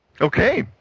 Okay